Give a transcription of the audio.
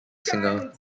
singer